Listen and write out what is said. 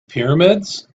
pyramids